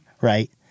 right